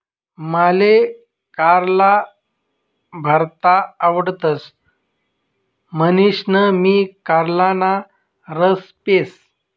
माले कारला भरता आवडतस म्हणीसन मी कारलाना रस पेस